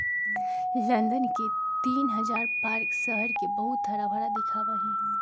London के तीन हजार पार्क शहर के बहुत हराभरा दिखावा ही